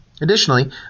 Additionally